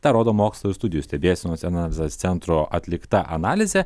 tą rodo mokslo ir studijų stebėsenos analizės centro atlikta analizė